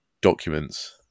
documents